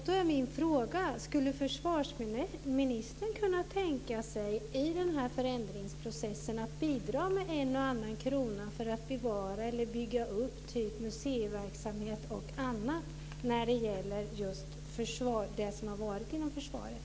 Då är min fråga: Skulle försvarsministern i den här förändringsprocessen kunna tänka sig att bidra med en och annan krona för att bevara eller bygga upp museiverksamhet och annat när det gäller just det som har varit inom försvaret?